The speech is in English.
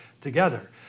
together